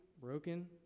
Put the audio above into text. broken